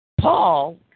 Paul